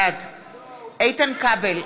בעד איתן כבל,